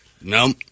no